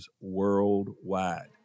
worldwide